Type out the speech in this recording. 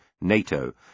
NATO